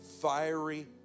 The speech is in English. Fiery